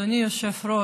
אדוני היושב-ראש,